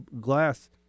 glass